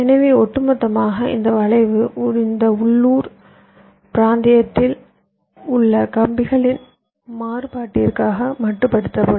எனவே ஒட்டுமொத்தமாக இந்த வளைவு இந்த உள்ளூர் பிராந்தியத்தில் உள்ள கம்பிகளின் மாறுபாட்டிற்கு மட்டுப்படுத்தப்படும்